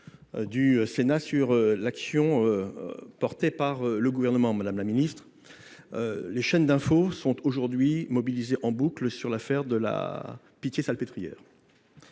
du Sénat sur l'action du Gouvernement. Madame la ministre, les chaînes d'information sont aujourd'hui mobilisées en boucle sur l'affaire de la Pitié-Salpêtrière.